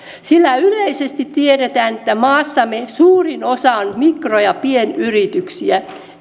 sillä yleisesti tiedetään että maassamme suurin osa on mikro ja pienyrityksiä